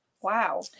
Wow